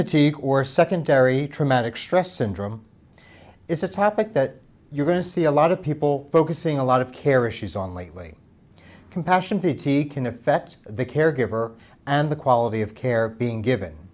fatigue or secondary traumatic stress syndrome is a topic that you're going to see a lot of people focusing a lot of care issues on lately compassion bt can affect the caregiver and the quality of care being given